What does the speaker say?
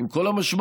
עם כל המשמעויות,